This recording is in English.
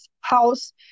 house